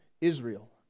Israel